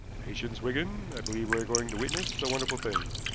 patience, wigan. i believe we are going to witness a wonderful thing.